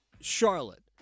Charlotte